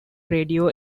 radio